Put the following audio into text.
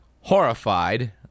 horrified